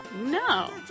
No